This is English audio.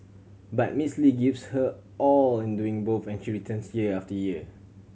but Miss Lee gives her all in doing both and she returns year after year